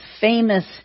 famous